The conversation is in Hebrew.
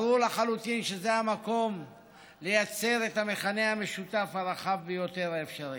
ברור לחלוטין שזה המקום לייצר את המכנה המשותף הרחב ביותר האפשרי.